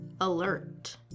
Alert